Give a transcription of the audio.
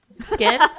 Skin